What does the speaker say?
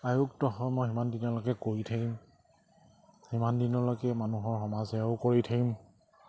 সিমান দিনলৈকে কৰি থাকিম সিমান দিনলৈকে মানুহৰ সমাজ সেৱাও কৰি থাকিম